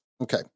Okay